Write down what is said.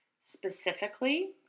Specifically